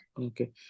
Okay